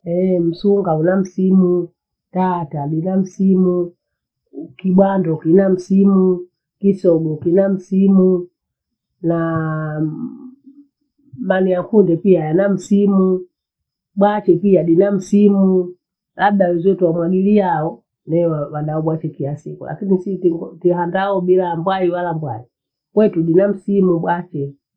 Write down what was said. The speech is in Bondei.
Ehee, msunga una msimu, tata bina msimu, kibwando kina msimu, kisogo kina msimuu naa mani ya kunde pia yana msimu, bwachukiadi na msimu. Labda wenzetu wamwagilia hao neo wanaobwaki kiyasiku lakini situngo tuhandao bila mbwai wala bwai. Kwetu bina msimu bwake.